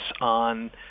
on